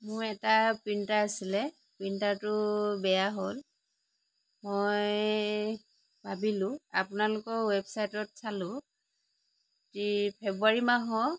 মোৰ এটা প্ৰিন্টাৰ আছিলে প্ৰিন্টাৰটো বেয়া হ'ল মই ভাবিলোঁ আপোনালোকৰ ৱেবছাইটত চালো কি ফেব্ৰুৱাৰী মাহৰ